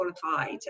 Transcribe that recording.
qualified